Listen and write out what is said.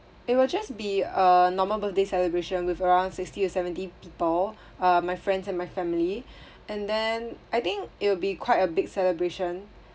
it will just be a normal birthday celebration with around sixty to seventy people uh my friends and my family and then I think it will be quite a big celebration